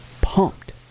pumped